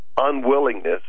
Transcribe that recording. unwillingness